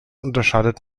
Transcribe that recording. unterscheidet